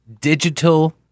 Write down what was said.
Digital